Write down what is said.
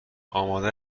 آماده